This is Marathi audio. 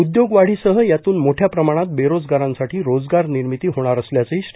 उद्योग वाढीसह यातून मोठ्या प्रमाणात बेरोजगारांसाठी रोजगार निर्मिती होणार असल्याचंही श्री